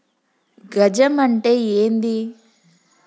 గజం అంటే ఏంది?